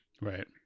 right